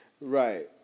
right